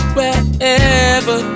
Wherever